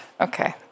Okay